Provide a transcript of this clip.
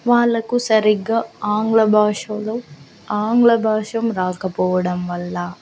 వాళ్కు సరిగ్గా ఆంగ్ల భాషలో ఆంగ్ల భాష రాకపోవడం వల్ల